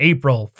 April